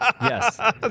Yes